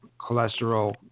cholesterol